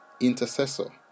intercessor